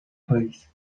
país